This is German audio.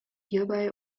hierbei